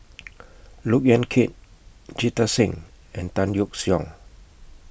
Look Yan Kit Jita Singh and Tan Yeok Seong